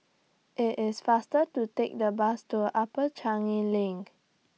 IT IS faster to Take The Bus to Upper Changi LINK